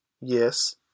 Yes